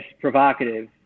provocative